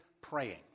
praying